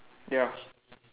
ya